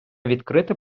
відкрита